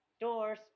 Doors